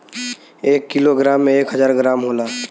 एक kilogram में एक हजार ग्राम होला